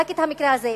רק את המקרה הזה.